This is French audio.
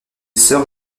sœur